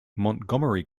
montgomery